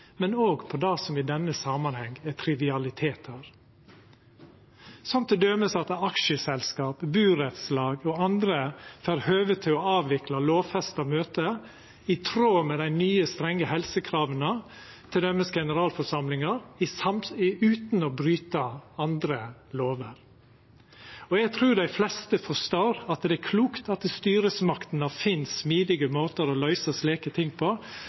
men òg når det gjeld det som i denne samanhengen er trivialitetar, som t.d. at aksjeselskap, burettslag og andre får høve til å avvikla lovfesta møte i tråd med dei nye strenge helsekrava, t.d. generalforsamlinga, utan å bryta andre lover. Eg trur dei fleste forstår at det er klokt at styresmaktene finn smidige måtar å løysa slike ting på,